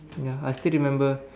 ya I still remember